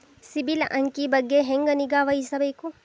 ಸಿಬಿಲ್ ಅಂಕಿ ಬಗ್ಗೆ ಹೆಂಗ್ ನಿಗಾವಹಿಸಬೇಕು?